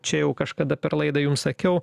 čia jau kažkada per laidą jum sakiau